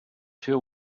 two